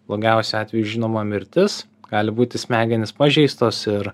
blogiausiu atveju žinoma mirtis gali būti smegenys pažeistos ir